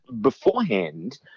beforehand –